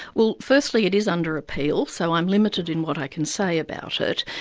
well firstly, it is under appeal, so i'm limited in what i can say about it.